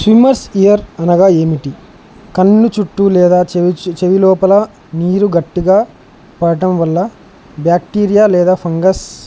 swimmers ear అనగా ఏమిటి కన్ను చుట్టూ లేదా చెవి చెవిలోపల నీరు గట్టిగా పడటం వల్ల బ్యాక్టీరియా లేదా ఫంగస్